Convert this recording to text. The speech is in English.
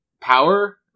power